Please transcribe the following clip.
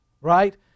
right